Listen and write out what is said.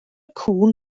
cŵn